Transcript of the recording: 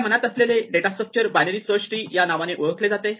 आपल्या मनात असलेले data structure binary search tree या नावाने ओळखले जाते